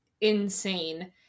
insane